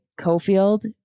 Cofield